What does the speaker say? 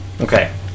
Okay